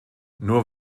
nur